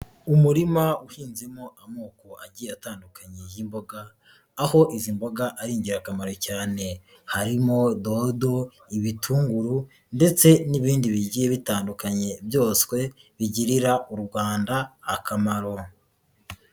Umurima uhinzemo amoko agiye atandukanye y'imboga, aho izi mboga ari ingirakamaro cyane, harimo dodo, ibitunguru ndetse n'ibindi bigiye bitandukanye, byose bigirira u Rwanda akamaro.